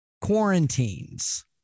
quarantines